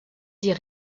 dit